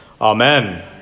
Amen